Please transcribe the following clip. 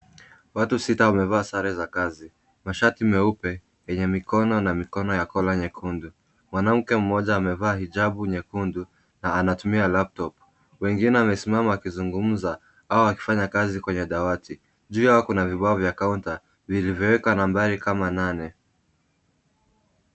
Watu sita wamevaa sare za kazi, mashati meupe yenye mikono na mikono ya kola nyekundu. Mwanamke mmoja amevaa hijabu nyekundu na anatumia laptop . Wengine amesimama wakizungumza au akifanya kazi kwenye dawati. Juu yao kuna vibao vya kaunta vilivyowekwa nambari kama nane.